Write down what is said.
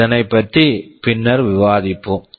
இதனைப்பற்றி பின்னர் பார்ப்போம்